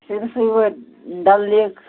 اَسہِ اوس گژھُن یور ڈَل لیک